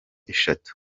eshatu